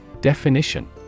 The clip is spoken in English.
Definition